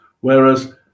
whereas